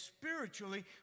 spiritually